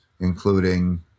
including